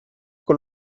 con